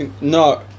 No